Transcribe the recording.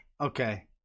Okay